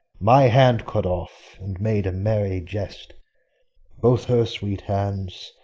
my hand cut off and made a merry jest both her sweet hands,